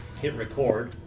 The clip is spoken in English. hit record